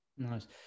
Nice